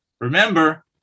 Remember